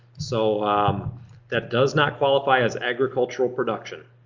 so um that does not qualify as agricultural production.